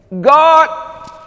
God